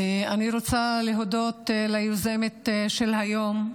אני רוצה להודות ליוזמת של היום,